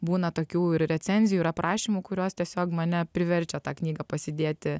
būna tokių ir recenzijų ir aprašymų kurios tiesiog mane priverčia tą knygą pasidėti